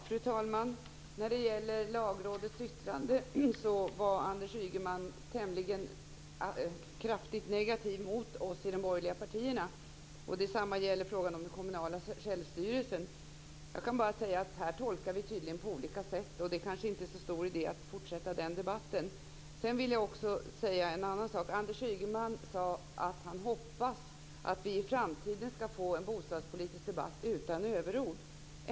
Fru talman! När det gäller Lagrådets yttrande var Anders Ygeman kraftigt negativ mot oss i de borgerliga partierna. Detsamma gäller frågan om den kommunala självstyrelsen. Jag kan bara säga att vi tolkar detta på olika sätt, och det kanske inte är så stor idé att fortsätta den debatten. Anders Ygeman sade att han hoppas att vi i framtiden skall få en bostadspolitisk debatt utan överord.